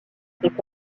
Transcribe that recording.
étaient